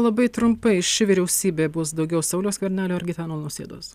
labai trumpai ši vyriausybė bus daugiau sauliaus skvernelio ar gitano nausėdos